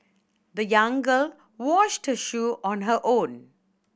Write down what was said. the young girl washed shoe on her own